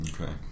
Okay